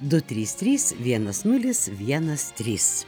du trys trys vienas nulis vienas trys